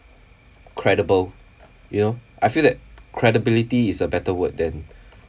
credible you know I feel that credibility is a better word than